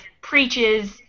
preaches